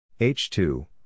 H2